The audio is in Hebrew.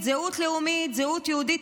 יהודית, זהות לאומית, זהות יהודית,